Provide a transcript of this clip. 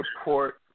support